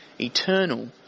eternal